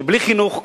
שבלי חינוך,